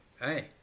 hey